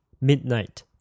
midnight